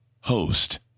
host